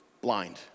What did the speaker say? blind